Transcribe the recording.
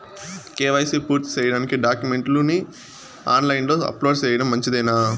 KYC పూర్తి సేయడానికి డాక్యుమెంట్లు ని ఆన్ లైను లో అప్లోడ్ సేయడం మంచిదేనా?